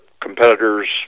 competitors